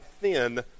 thin